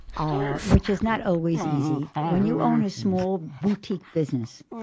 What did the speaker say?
ah which is not always easy. when you own a small, boutique business,